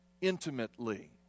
intimately